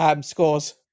scores